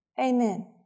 Amen